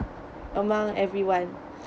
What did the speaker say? among everyone